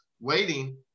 waiting